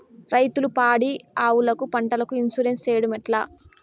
రైతులు పాడి ఆవులకు, పంటలకు, ఇన్సూరెన్సు సేయడం ఎట్లా?